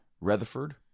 Rutherford